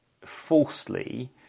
falsely